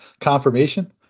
confirmation